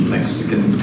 Mexican